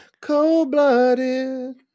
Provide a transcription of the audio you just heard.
Cold-blooded